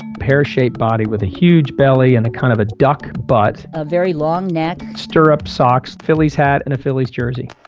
pear-shaped body with a huge belly and the kind of a duck butt, a very long neck stirrup socks phillies hat, and a phillies jersey.